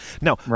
Now